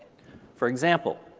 for example,